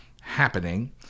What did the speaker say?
happening